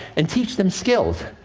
and teach them skills.